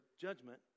judgment